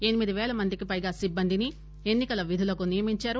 ఎనిమిది పేలమందికి పైగా సిబ్బందిని ఎన్నికల విధులకు నియమించారు